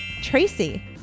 Tracy